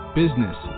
business